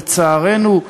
לצערנו,